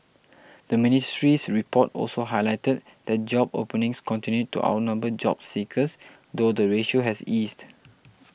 the ministry's report also highlighted that job openings continued to outnumber job seekers though the ratio has eased